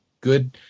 good